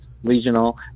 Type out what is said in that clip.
regional